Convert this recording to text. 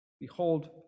behold